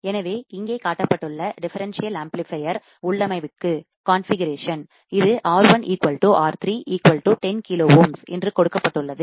எனவே இங்கே காட்டப்பட்டுள்ள டிஃபரண்சியல்ஆம்ப்ளிபையர் உள்ளமைவுக்குகாண்பிகரெக்ஷன் இது R1 R3 10 கிலோ ஓம்ஸ் என்று கொடுக்கப்பட்டுள்ளது